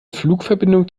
flugverbindung